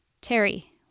Terry